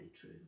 true